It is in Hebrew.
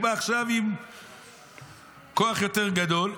הוא בא עכשיו עם כוח יותר גדול,